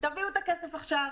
תביאו את הכסף עכשיו,